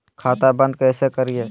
खाता बंद कैसे करिए?